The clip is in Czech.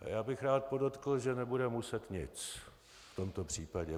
Já bych rád podotkl, že nebude muset nic v tomto případě.